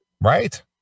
Right